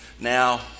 Now